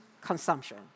consumption